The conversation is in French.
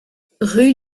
rue